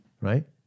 right